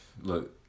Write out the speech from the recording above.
look